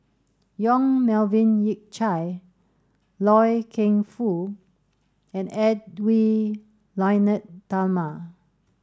Yong Melvin Yik Chye Loy Keng Foo and Edwy Lyonet Talma